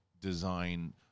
design